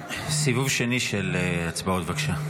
סיבוב שני של הצבעות, בבקשה.